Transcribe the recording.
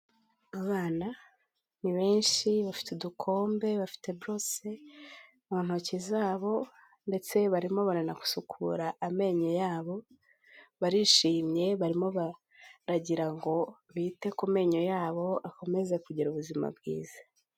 Abana ni benshi bafite udukombe, bafite borose mu ntoki zabo ndetse barimo baranasukura amenyo yabo, barishimye barimo baragira ngo bite ku menyo yabo akomeze kugira ubuzima bwiza.